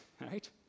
right